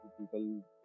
people